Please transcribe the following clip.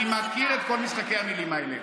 אני מכיר את כל משחקי המילים האלה.